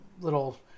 little